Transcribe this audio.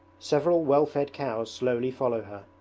several well-fed cows slowly follow her,